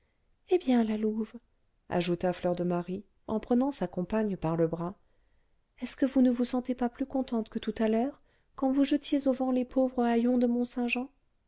eh bien la louve ajouta fleur de marie en prenant sa compagne par le bras est-ce que vous ne vous sentez pas plus contente que tout à l'heure quand vous jetiez au vent les pauvres haillons de